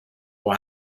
will